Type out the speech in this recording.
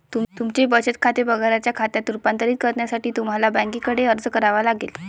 तुमचे बचत खाते पगाराच्या खात्यात रूपांतरित करण्यासाठी तुम्हाला बँकेकडे अर्ज करावा लागेल